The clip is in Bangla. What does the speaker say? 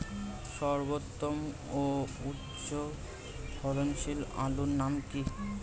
সর্বোত্তম ও উচ্চ ফলনশীল আলুর নাম কি?